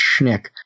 Schnick